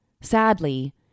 Sadly